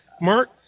Mark